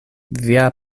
via